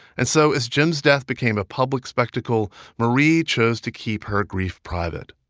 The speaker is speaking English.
and so as jim's death became a public spectacle, marie chose to keep her grief private.